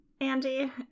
Andy